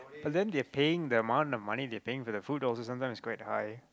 but then they're paying the amount of money they're paying for the food also sometimes is quite high